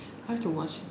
I have to watch this